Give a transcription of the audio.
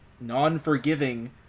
non-forgiving